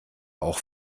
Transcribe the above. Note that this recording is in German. auch